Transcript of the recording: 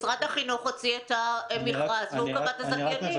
משרד החינוך הוציא את המכרז והוא קבע את הזכיינים.